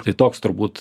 tai toks turbūt